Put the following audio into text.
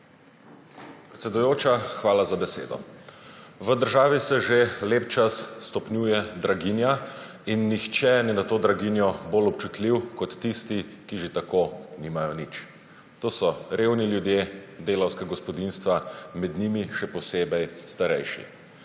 Predsedujoča, hvala za besedo. V državi se že lep čas stopnjuje draginja in nihče ni na to draginjo bolj občutljiv kot tisti, ki že tako nimajo nič. To so revni ljudje, delavska gospodinjstva, med njimi še posebej starejši.